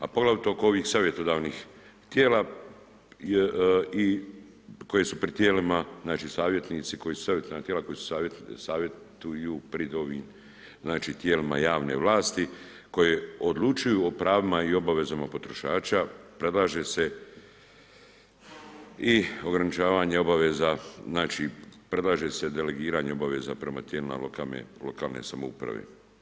A poglavito oko ovih savjetodavnih tijela i koje su pred tijelima, znači savjetnici koji su savjetodavna tijela koji savjetuju pred ovim tijelima javne vlasti koje odlučuju o pravima i obavezama potrošača, predlaže se i ograničavanje obaveza, znači predlaže se delegiranje obaveza prema tijelima lokalne samouprave.